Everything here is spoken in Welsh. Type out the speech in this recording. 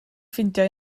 ffeindio